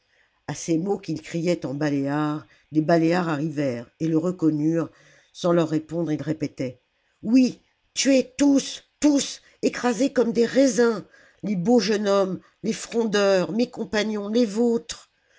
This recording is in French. a ces mots qu'il criait en baléare des baléares arrivèrent et le reconnurent sans leur répondre il répétait oui tués tous tous écrasés comme des raisins les beaux jeunes hommes les frondeurs mes compagnons les vôtres